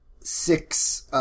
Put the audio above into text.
six